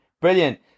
brilliant